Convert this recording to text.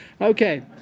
Okay